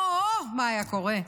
הו, מה היה קורה.